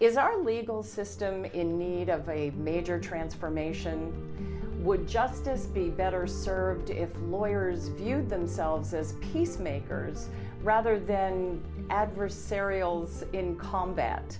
is our legal system in need of a major transformation would justice be better served if lawyers viewed themselves as peacemakers rather than adversarial in combat